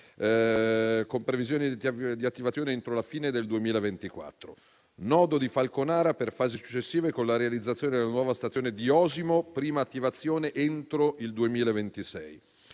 con previsione di attivazione entro la fine del 2024; nodo di Falconara per fasi successive, con la realizzazione della nuova stazione di Osimo (prima attivazione entro il 2026).